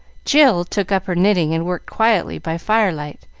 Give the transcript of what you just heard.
jill took up her knitting and worked quietly by firelight,